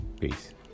Peace